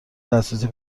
دسترسی